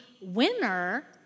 winner